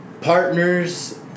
partners